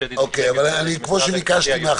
אבל מקובל שהצעה ממשלתית --- אוקיי.